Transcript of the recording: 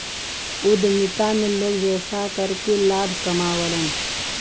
उद्यमिता में लोग व्यवसाय करके लाभ कमावलन